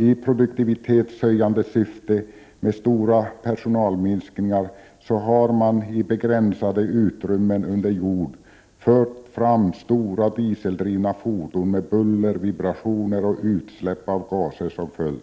I produktivitetshöjande syfte och med stora personalminskningar har man 25 november 1988 i begränsade utrymmen under jord fört fram stora dieseldrivna fordon, med buller, vibrationer och utsläpp av avgaser som följd.